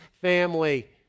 family